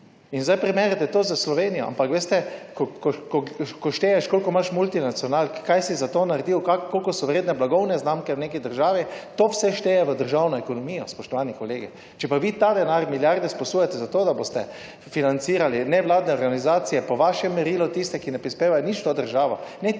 In zdaj primerjate to s Slovenijo. Ampak veste, ko šteješ koliko imaš multinacionalk, kaj si za to naredil, koliko so vredne blagovne znamke v neki državi, to vse šteje v državno ekonomijo, spoštovani kolegi. Če pa vi ta denar, milijarde izposojate za to, da boste financirali nevladne organizacije po vašem merilu, tiste, ki ne prispevajo nič v to državo,